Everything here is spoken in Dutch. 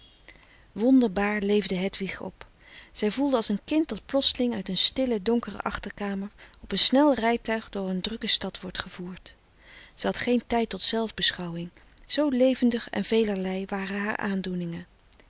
wonderbaar leefde hedwig op zij voelde als een kind dat plotseling uit een stille donkere achterkamer op een snel rijtuig door een drukke stad wordt gevoerd zij had geen tijd tot zelfbeschouwing zoo levendig en velerlei waren haar aandoeningen